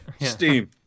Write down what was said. Steam